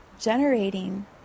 generating